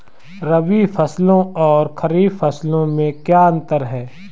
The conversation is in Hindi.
रबी फसलों और खरीफ फसलों में क्या अंतर है?